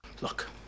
Look